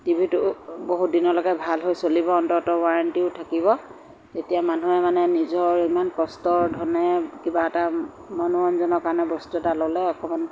টিভিটো বহুত দিনলৈকে ভাল হৈ চলিব অন্ততঃ ৱাৰেণ্টিও থাকিব তেতিয়া মানুহে মানে নিজৰ ইমান কষ্টৰ ধনেৰে কিবা এটা মনোৰঞ্জনৰ কাৰণে বস্তু এটা ল'লে অকণমান